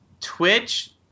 Twitch